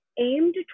aimed